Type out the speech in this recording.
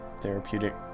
therapeutic